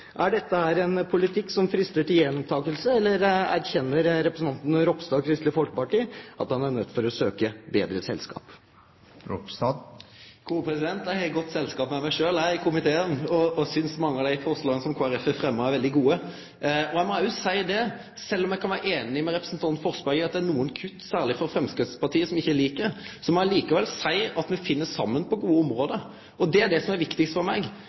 Er dette en politikk som frister til gjentakelse? Eller erkjenner representanten Ropstad og Kristelig Folkeparti at de er nødt til å søke bedre selskap? Eg er i godt selskap med meg sjølv i komiteen, og eg synest at mange av dei forslaga som Kristeleg Folkeparti har fremja, er veldig gode. Sjølv om eg kan vere einig med representanten Forsberg i at det er nokre kutt, særleg frå Framstegspartiet, som eg ikkje likar, må eg likevel seie at me finn saman på gode område, og det er det som er viktigast for meg.